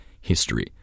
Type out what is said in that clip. history